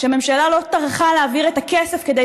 שהממשלה לא טרחה להעביר את הכסף כדי